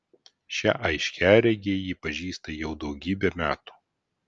šią aiškiaregę ji pažįsta jau daugybę metų